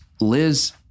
Liz